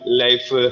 life